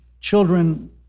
children